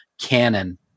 canon